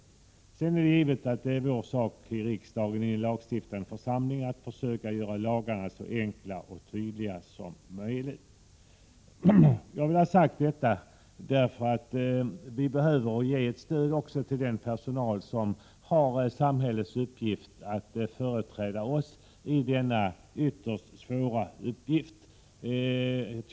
Det är givet att det är vår sak i riksdagen, i den lagstiftande församlingen, att försöka göra lagarna så enkla och tydliga som möjligt. Jag vill ha sagt detta därför att vi behöver ge ett stöd också till den personal som har samhällets uppdrag att företräda oss när det gäller denna ytterst svåra uppgift.